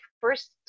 first